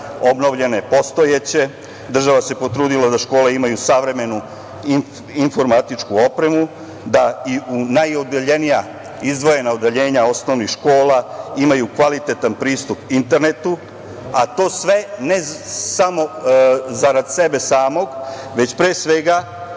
obnovljene postojeće, država se potrudila da škole imaju savremenu informatičku opremu, da i u najudaljenija izdvojena odeljenja osnovnih škola, imaju kvalitetan pristup internetu, a to sve ne samo zarad sebe samog, već pre svega,